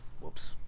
Whoops